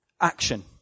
action